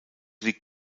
liegt